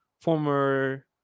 former